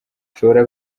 ushobora